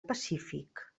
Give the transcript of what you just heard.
pacífic